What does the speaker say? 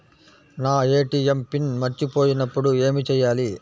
నా ATM pin మర్చిపోయినప్పుడు ఏమి చేయాలి?